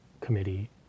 committee